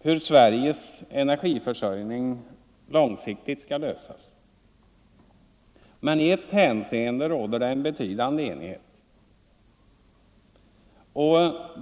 hur Sveriges energiförsörjning långsiktigt skall tryggas, men i ett hänseende råder det en betydande enighet.